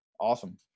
Awesome